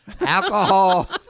Alcohol